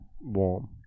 warm